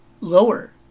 lower